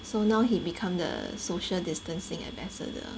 so now he become the social distancing ambassador